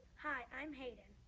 hi, i'm haiden.